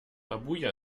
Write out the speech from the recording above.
abuja